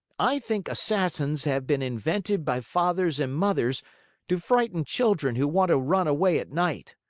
i think assassins have been invented by fathers and mothers to frighten children who want to run away at night.